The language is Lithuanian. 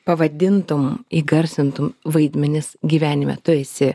pavadintum įgarsintum vaidmenis gyvenime tu esi